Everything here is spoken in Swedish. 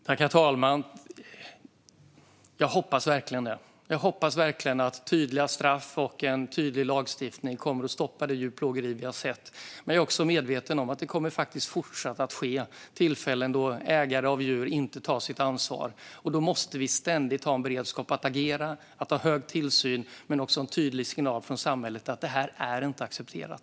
Herr talman! Jag hoppas verkligen det. Jag hoppas verkligen att tydliga straff och en tydlig lagstiftning kommer att stoppa det djurplågeri som vi har sett. Men jag är också medveten om att det faktiskt fortsatt kommer att finnas tillfällen då ägare av djur inte tar sitt ansvar. Då måste vi ständigt ha en beredskap att agera och att ha stor tillsyn. Men det måste också finnas en tydlig signal från samhället att detta inte är accepterat.